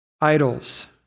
Idols